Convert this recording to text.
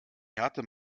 härte